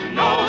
no